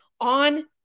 on